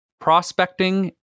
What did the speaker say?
Prospecting